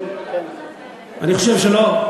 אני חושב שלא.